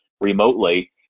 remotely